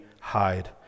hide